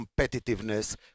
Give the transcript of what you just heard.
competitiveness